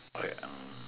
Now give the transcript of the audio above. okay um